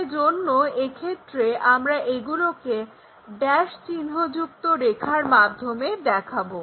সেজন্য এক্ষেত্রে আমরা এগুলোকে ড্যাস চিহ্নযুক্ত রেখার মাধ্যমে দেখাবো